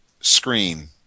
screen